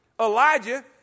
Elijah